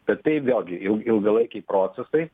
bet tai vėlgi ilg ilgalaikiai procesai